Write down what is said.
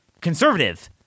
conservative